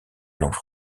langue